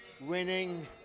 winning